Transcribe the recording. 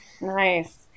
Nice